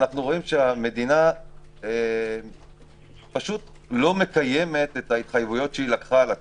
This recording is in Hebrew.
אנחנו רואים שהמדינה פשוט לא מקיימת את ההתחייבויות שלקחה על עצמה,